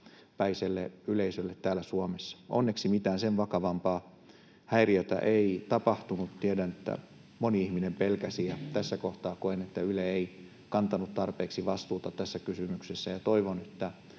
satatuhatpäiselle yleisölle täällä Suomessa. Onneksi mitään sen vakavampaa häiriötä ei tapahtunut. Tiedän, että moni ihminen pelkäsi, ja tässä kohtaa koen, että Yle ei kantanut tarpeeksi vastuuta tässä kysymyksessä. Toivon, että